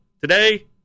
Today